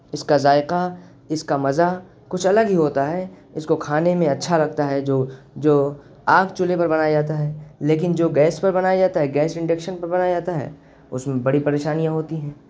اس کا ذائقہ اس کا مزہ کچھ الگ ہی ہوتا ہے اس کو کھانے میں اچھا لگتا ہے جو جو آگ چولھے پر بناتا جاتا ہے لیکن جو گیس پر بنایا جاتا ہے گیس انڈکشن پر بنایا جاتا ہے اس میں بڑی پریشانیاں ہوتی ہیں